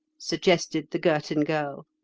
suggested the girton girl.